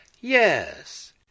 Yes